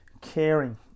caring